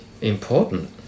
important